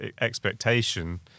expectation